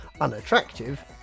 unattractive